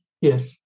Yes